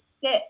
sit